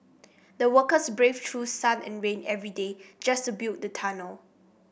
the workers braved through sun and rain every day just to build the tunnel